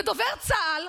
ודובר צה"ל,